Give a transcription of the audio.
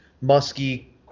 musky